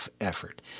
effort